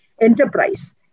enterprise